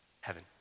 Heaven